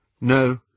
No